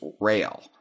rail